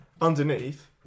underneath